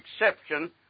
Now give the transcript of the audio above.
exception